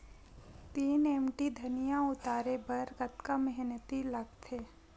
तीन एम.टी धनिया उतारे बर कतका मेहनती लागथे?